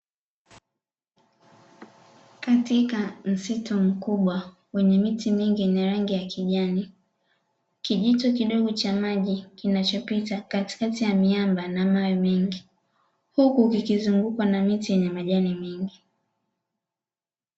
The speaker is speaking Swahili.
Katika msitu mkubwa wenye rangi rangi ya kijani, kijito kidogo cha maji kinachopita katikati ya miamba na mawe mengi, huku kikizungukwa na miche yenye majani mengi.